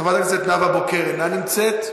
חברת הכנסת נאוה בוקר אינה נמצאת,